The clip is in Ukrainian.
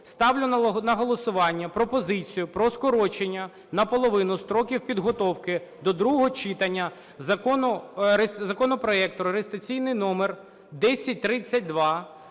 ставлю на голосування пропозицію про скорочення на половину строків підготовки до другого читання законопроекту, реєстраційний номер 1032,